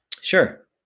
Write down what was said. Sure